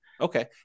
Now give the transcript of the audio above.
Okay